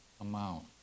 amount